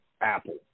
Apple